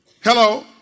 hello